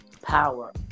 power